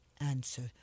answer